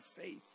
faith